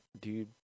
Dude